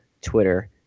Twitter